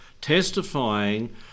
testifying